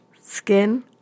skin